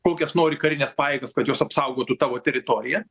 kokias nori karines pajėgas kad jos apsaugotų tavo teritoriją